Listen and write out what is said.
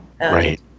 right